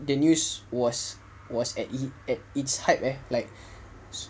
the news was was at at its height eh like